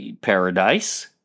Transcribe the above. paradise